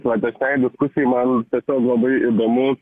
platesnei diskusijai man tiesiog labai įdomu